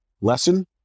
lesson